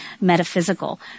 metaphysical